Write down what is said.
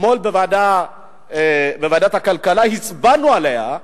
אתמול בוועדת הכלכלה הצבענו עליה,